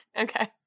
okay